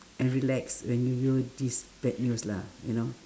and relax when you know this bad news lah you know